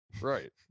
right